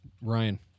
Ryan